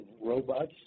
robots